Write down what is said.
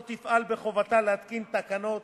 לא תפעל בחובתה להתקין תקנות